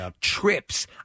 trips